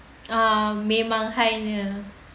uh memang high punya